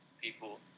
people